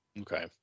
okay